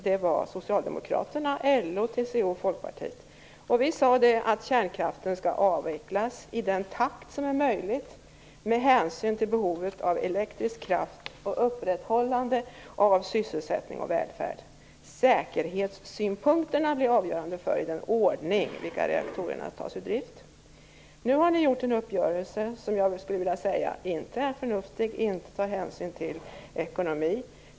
Det var Socialdemokraterna, LO, TCO och Folkpartiet som stod bakom denna linje. Vi sade att kärnkraften skall avvecklas i den takt som är möjlig med hänsyn till behovet av elektrisk kraft och upprätthållande av sysselsättning och välfärd. Säkerhetssynpunkterna skulle vara avgörande för den ordning i vilken reaktorerna skulle tas ur drift. Nu har ni gjort en uppgörelse som jag skulle vilja påstå inte är förnuftig och som inte tar hänsyn till ekonomin.